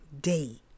day